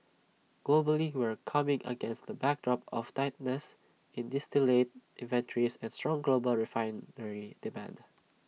globally we're coming against the backdrop of tightness in distillate inventories and strong global refinery demand